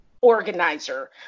organizer